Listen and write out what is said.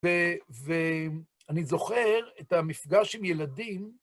ואני זוכר את המפגש עם ילדים,